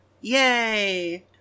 Yay